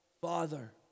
Father